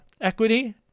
equity